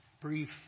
brief